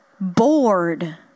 bored